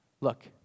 look